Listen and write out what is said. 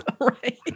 Right